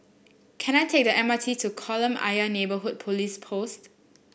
can I take the M R T to Kolam Ayer Neighbourhood Police Post